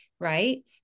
right